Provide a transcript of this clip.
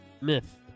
myth